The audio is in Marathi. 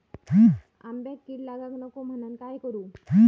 आंब्यक कीड लागाक नको म्हनान काय करू?